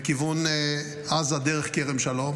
לכיוון עזה דרך כרם שלום,